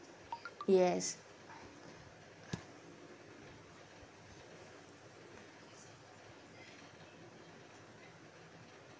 yes